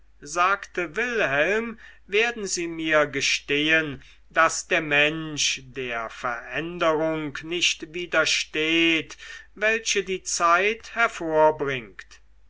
sagte wilhelm werden sie mir gestehen daß der mensch der veränderung nicht widersteht welche die zeit hervorbringt